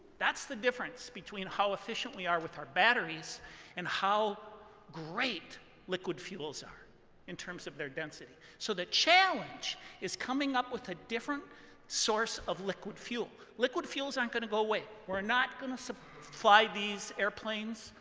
that's the difference between how efficient we are with our batteries and how great liquid fuels are in terms of their density. so the challenge is coming up with a different source of liquid fuel. liquid fuels aren't going to go away. we're not going to fly these airplanes,